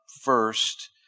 first